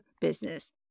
business